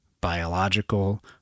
biological